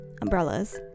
umbrellas